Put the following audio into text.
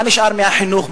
מה נשאר מהחינוך?